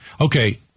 Okay